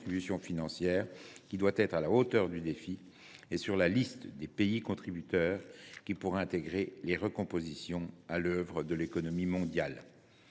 doivent être à la hauteur du défi – et sur la liste des pays contributeurs qui pourrait intégrer les recompositions à l’œuvre de l’économie mondiale.